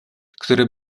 które